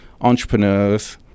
entrepreneurs